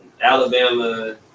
Alabama